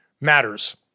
matters